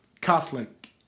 Catholic